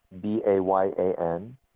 B-A-Y-A-N